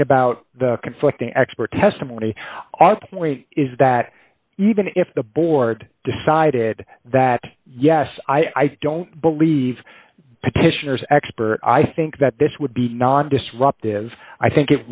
point about the conflict expert testimony is that even if the board decided that yes i don't believe petitioners expert i think that this would be non disruptive i think